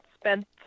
spent